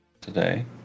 today